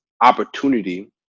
opportunity